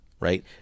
Right